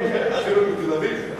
החילונים מתל-אביב?